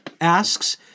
asks